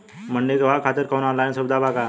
मंडी के भाव खातिर कवनो ऑनलाइन सुविधा बा का बताई?